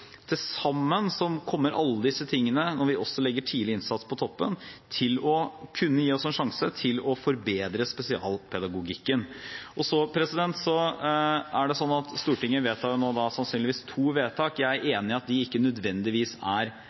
Til sammen kommer alle disse tingene, når vi også legger tidlig innsats på toppen, til å kunne gi oss en sjanse til å forbedre spesialpedagogikken. Stortinget vedtar nå sannsynligvis to tiltak. Jeg er enig i at de ikke nødvendigvis er